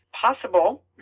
possible